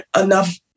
enough